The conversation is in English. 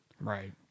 Right